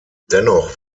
dennoch